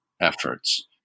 efforts